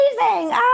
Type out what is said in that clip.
amazing